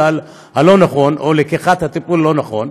לא נכון או מלקיחת הטיפול לא נכון.